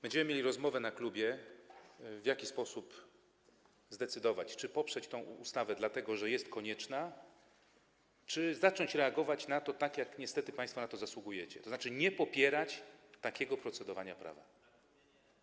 Będziemy mieli rozmowę w klubie, w jaki sposób zdecydować, czy poprzeć tę ustawę, dlatego że jest konieczna, czy zacząć reagować na to tak, jak niestety państwo na to zasługujecie, tzn. nie popierać takiego procedowania, tworzenia prawa.